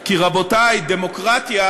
רבותי, דמוקרטיה